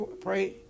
pray